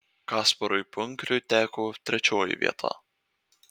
kasparui punkriui teko trečioji vieta